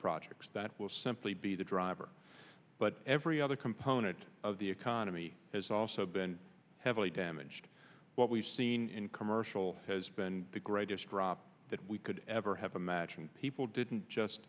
projects that will simply be the driver but every other component of the economy has also been heavily damaged what we've seen in commercial has been the greatest drop that we could ever have imagined people didn't just